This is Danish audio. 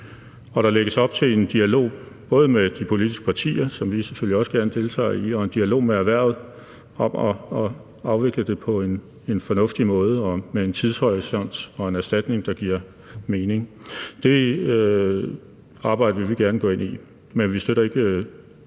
og der lægges op til en dialog både med de politiske partier, som vi selvfølgelig også gerne deltager i, og en dialog med erhvervet om at afvikle det på en fornuftig måde og med en tidshorisont og en erstatning, der giver mening. Det arbejde vil vi gerne gå ind i, men vi støtter ikke